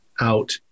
out